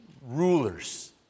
rulers